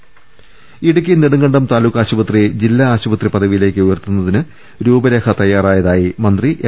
രുട്ടിട്ട്ട്ട്ട്ട്ട്ട ഇടുക്കി നെടുങ്കണ്ടം താലൂക്കാശുപത്രി ജില്ലാ ആശുപത്രി പദവിയിലേക്ക് ഉയർത്തുന്നതിന് രൂപരേഖ തയ്യാറായതായി മന്ത്രി എം